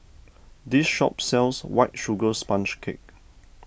this shop sells White Sugar Sponge Cake